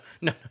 no